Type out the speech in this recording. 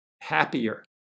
happier